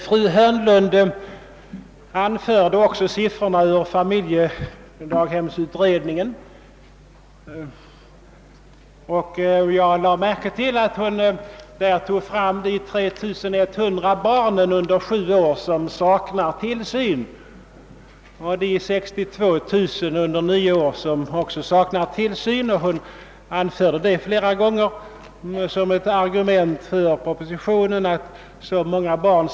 Fru Hörnlund anförde en del siffror ur familjedaghemsutredningen; hon nämnde de 3 100 barn under sju år och de 62000 barn under nio år som saknar tillsyn. Hon anförde dessa siffror flera gånger som argument för propositionen.